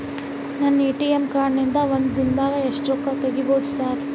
ನನ್ನ ATM card ನಿಂದಾ ಒಂದ್ ದಿಂದಾಗ ಎಷ್ಟ ರೊಕ್ಕಾ ತೆಗಿಬೋದು ಸಾರ್?